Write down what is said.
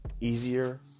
easier